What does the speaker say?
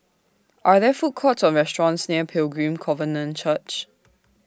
Are There Food Courts Or restaurants near Pilgrim Covenant Church